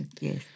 yes